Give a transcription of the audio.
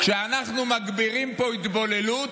כשאנחנו מגבירים פה התבוללות,